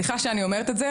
אתם